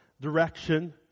direction